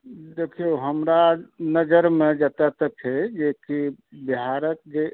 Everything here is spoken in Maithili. देखियौ हमरा नजरिमे जतऽसंँ छै जेकि बिहारक जे